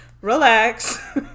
relax